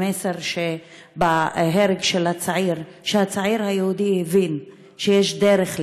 המסר בהרג של הצעיר הוא שהצעיר היהודי הבין שיש דרך להתאבד: